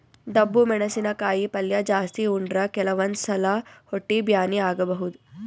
ಡಬ್ಬು ಮೆಣಸಿನಕಾಯಿ ಪಲ್ಯ ಜಾಸ್ತಿ ಉಂಡ್ರ ಕೆಲವಂದ್ ಸಲಾ ಹೊಟ್ಟಿ ಬ್ಯಾನಿ ಆಗಬಹುದ್